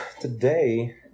today